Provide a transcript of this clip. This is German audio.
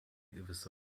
gewisse